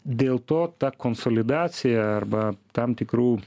dėl to ta konsolidacija arba tam tikrų